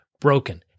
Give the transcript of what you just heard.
broken